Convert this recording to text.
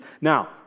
Now